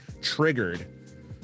triggered